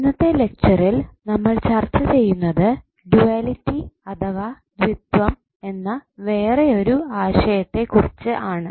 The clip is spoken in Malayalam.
ഇന്നത്തെ ലെക്ച്ചറിൽ നമ്മൾ ചർച്ച ചെയുന്നത് ഡ്യുവലിറ്റി അഥവാ ദ്വിത്വം എന്ന വേറെയൊരു ആശയത്തെ കുറിച്ചു ആണ്